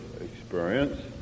experience